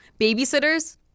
babysitters